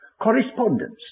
correspondence